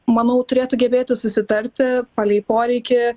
manau turėtų gebėti susitarti palei poreikį